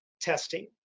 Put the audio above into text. testing